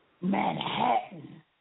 Manhattan